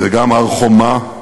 וגם הר-חומה,